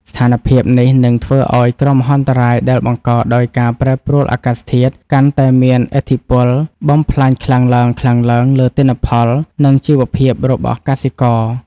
ស្ថានភាពនេះនឹងធ្វើឱ្យគ្រោះមហន្តរាយដែលបង្កដោយការប្រែប្រួលអាកាសធាតុ កាន់តែមានឥទ្ធិពលបំផ្លាញខ្លាំងឡើងៗលើទិន្នផល និងជីវភាពរបស់កសិករ។